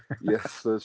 yes